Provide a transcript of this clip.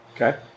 Okay